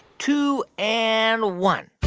two and one